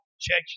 church